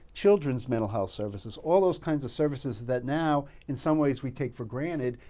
children's mental health services, all those kinds of services that now in some ways we take for granted.